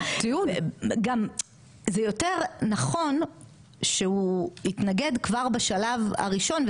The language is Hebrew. גם זה יותר נכון שהוא יתנגד כבר בשלב הראשון,